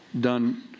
done